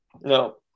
No